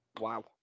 Wow